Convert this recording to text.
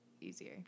easier